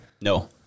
No